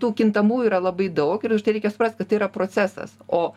tų kintamųjų yra labai daug ir reikia suprast kad tai yra procesas o